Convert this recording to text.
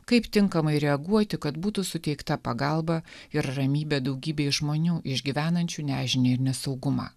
kaip tinkamai reaguoti kad būtų suteikta pagalba ir ramybė daugybei žmonių išgyvenančių nežinią ir nesaugumą